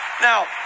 Now